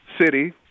city